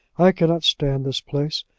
i cannot stand this place.